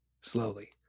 slowly